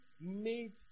made